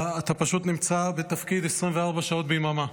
אתה פשוט נמצא בתפקיד 24 שעות ביממה.